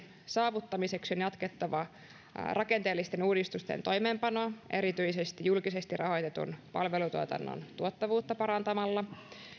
saavuttamiseksi on jatkettava rakenteellisten uudistusten toimeenpanoa erityisesti julkisesti rahoitetun palvelutuotannon tuottavuutta parantamalla